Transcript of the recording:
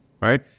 Right